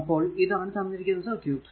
അപ്പോൾ ഇതാണ് തന്നിരിക്കുന്ന സർക്യൂട്